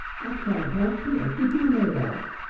i can't half hear. give me a leg up!